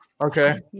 Okay